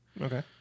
okay